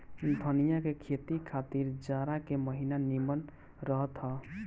धनिया के खेती खातिर जाड़ा के महिना निमन रहत हअ